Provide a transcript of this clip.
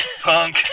Punk